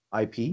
IP